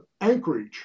Anchorage